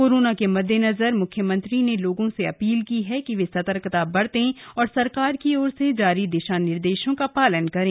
corona के मद्देनजर म्ख्यमंत्री ने लोगों से अपील की है कि वे सतर्कता बरतें और सरकार की ओर से जारी दिशा निर्देशों का पालन करें